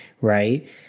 right